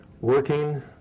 working